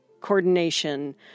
coordination